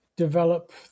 develop